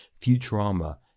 Futurama